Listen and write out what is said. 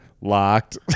Locked